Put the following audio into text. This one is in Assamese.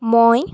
মই